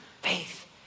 faith